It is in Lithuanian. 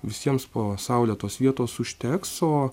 visiems po saule tos vietos užteks o